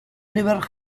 oliver